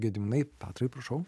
gediminai petrai prašau